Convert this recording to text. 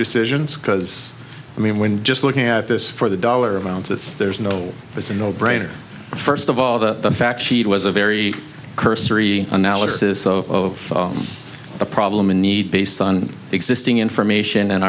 decisions because i mean when just looking at this for the dollar amounts it's there's no it's a no brainer first of all the fact sheet was a very cursory analysis of the problem in need based on existing information and